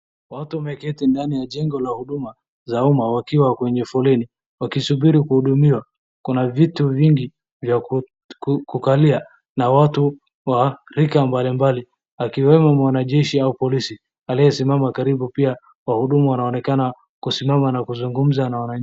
Watu wameketi ndani ya jengo la huduma za umma wakiwa kwenye foleni, wakisubiri kuhudumiwa. Kuna viti vingi vya kukalia na watu wa rika malimbali, akiwemo mwanajeshi au polisi aliyesimama karibu pia wahudumu wanaonekana pia kusimama na kuzungumza na wananchi.